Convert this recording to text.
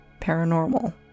paranormal